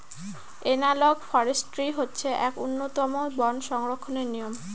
analogue forestry হচ্ছে এক উন্নতম বন সংরক্ষণের নিয়ম